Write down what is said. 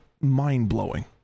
mind-blowing